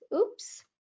oops